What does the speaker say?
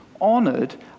honored